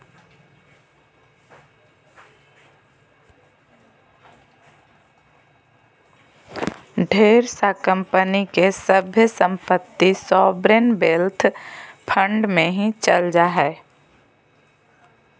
ढेर सा कम्पनी के सभे सम्पत्ति सॉवरेन वेल्थ फंड मे ही चल जा हय